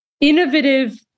innovative